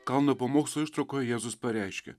kalno pamokslo ištraukoje jėzus pareiškia